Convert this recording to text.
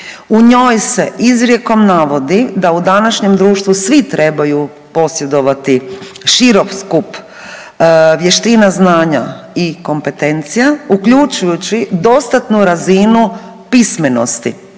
U njoj se izrijekom navodi da u današnjem društvu svi trebaju posjedovati širok skup vještina, znanja i kompetencija uključujući dostatnu razinu pismenosti,